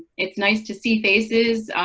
it's nice to see faces,